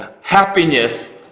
happiness